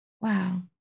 Wow